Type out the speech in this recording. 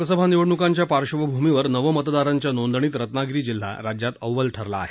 लोकसभा निवडणुकांच्या पार्श्वभूमीवर नवमतदारांच्या नोंदणीत रत्नागिरी जिल्हा राज्यात अव्वल ठरला आहे